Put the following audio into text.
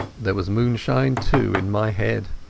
there was moonshine, too, in my head.